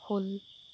হ'ল